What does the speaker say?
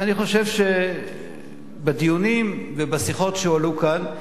אני חושב שבדיונים ובשיחות שהועלו כאן,